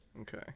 Okay